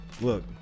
Look